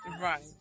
right